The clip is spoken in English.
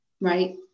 right